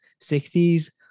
60s